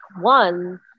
one